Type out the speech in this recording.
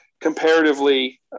comparatively